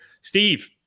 steve